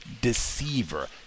Deceiver